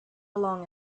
along